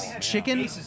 Chicken